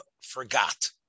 forgot